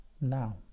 Now